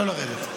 לא לרדת.